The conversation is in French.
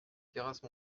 terrasse